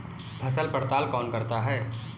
फसल पड़ताल कौन करता है?